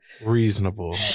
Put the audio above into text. Reasonable